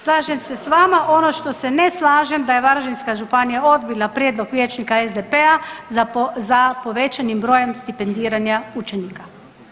Slažem se s vama, ono što se ne slažem da je Varaždinska županija odbila prijedlog vijećnika SDP-a za, za povećanim brojem stipendiranja učenika.